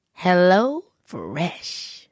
HelloFresh